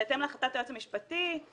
בהתאם להחלטת היועץ המשפטי.